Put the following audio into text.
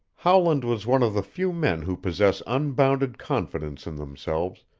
howland was one of the few men who possess unbounded confidence in themselves,